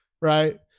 right